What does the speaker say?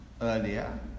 earlier